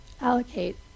allocate